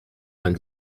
vingt